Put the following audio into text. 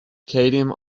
cadmium